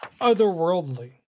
otherworldly